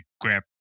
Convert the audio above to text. grab